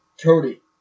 Cody